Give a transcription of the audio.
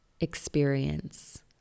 experience